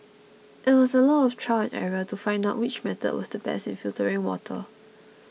it was a lot of trial and error to find out which method was the best in filtering water